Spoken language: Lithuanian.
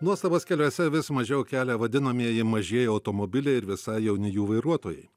nuostabos keliuose vis mažiau kelia vadinamieji mažieji automobiliai ir visai jauni jų vairuotojai